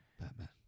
Batman